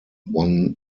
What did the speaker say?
won